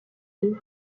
deux